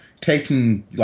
taking